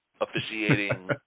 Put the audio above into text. officiating